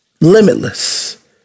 limitless